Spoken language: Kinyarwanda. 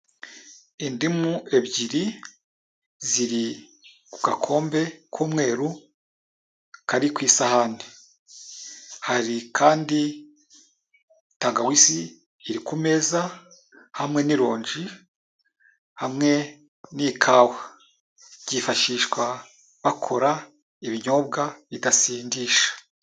Indimu ebyiri ziri ku gakombe k'umweru kari ku isahane, hari kandi tangawizi iri ku meza hamwe n'ironji hamwe n'ikawa, byifashishwa bakora ibinyobwa bidasindisha.